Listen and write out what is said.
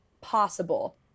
possible